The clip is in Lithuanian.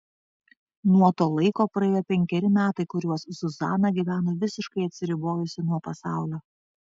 nuo to laiko praėjo penkeri metai kuriuos zuzana gyveno visiškai atsiribojusi nuo pasaulio